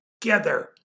Together